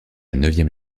neuvième